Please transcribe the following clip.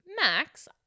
Max